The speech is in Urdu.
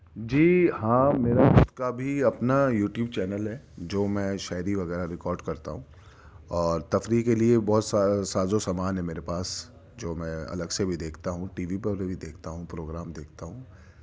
جی ہاں میرا خود کا بھی اپنا یوٹیوب چینل ہے جو میں شاعری وغیرہ ریکارڈ کرتا ہوں اور تفریح کے لیے بہت سا ساز و سامان ہے میرے پاس جو میں الگ سے بھی دیکھتا ہوں ٹی وی پر بھی دیکھتا ہوں پروگرام دیکھتا ہوں